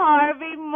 Harvey